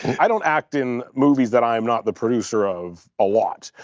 i don't act in movies that i'm not the producer of a lot,